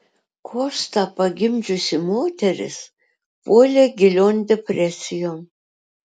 kostą pagimdžiusi moteris puolė gilion depresijon